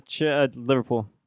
Liverpool